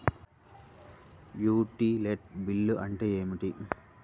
Utility bill అంటే ఏమిటి?